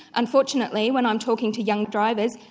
unfortunately when i'm talking to young drivers,